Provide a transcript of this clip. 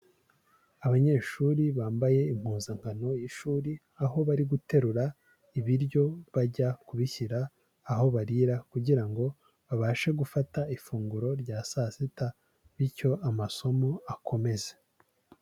Abanyeshuri bambaye impuzankano y'ishuri, aho bari guterura ibiryo bajya kubishyira aho barira kugira ngo babashe gufata ifunguro rya saa sita bityo amasomo akomeze.